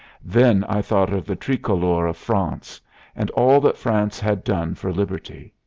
then i thought of the tricolor of france and all that france had done for liberty.